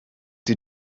die